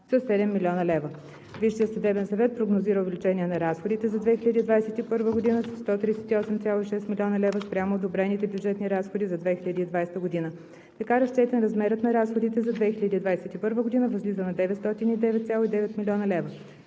7 млн. лв. Висшият съдебен съвет прогнозира увеличение на разходите през 2021 г. със 138,6 млн. лв. спрямо одобрените бюджетни разходи за 2020 г. Така разчетен, размерът на разходите за 2021 г. възлиза на 909,9 млн. лв.